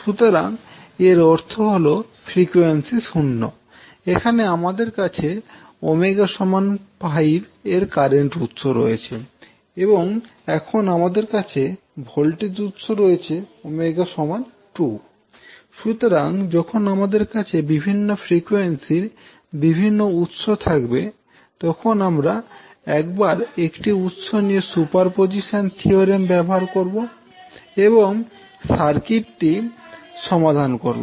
সুতরাং এর অর্থ হল যে এর ফ্রিকোয়েন্সি 0 এখানে আমাদের কাছে ⍵ 5 এর কারেন্ট উৎস রয়েছে এবং এখানে আমাদের কাছে ভোল্টেজ উৎস রয়েছে যেখানে ⍵ 2 সুতরাং যখন আমাদের কাছে বিভিন্ন ফ্রিকোয়েন্সির বিভিন্ন উৎস থাকবে তখন আমরা একবারে একটি উৎস নিয়ে সুপারপজিশন থিওরেম ব্যবহার করব এবং সার্কিটটি সমাধান করব